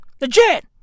Legit